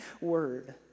word